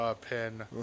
pin